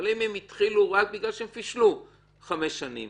אבל אם הם התחילו רק בגלל שהם פישלו חמש שנים